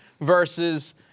versus